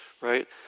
right